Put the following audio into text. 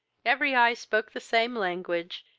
every eye spoke the same language,